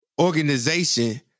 organization